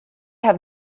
have